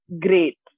great